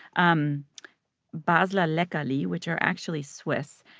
um basler leckerli, which are actually swiss.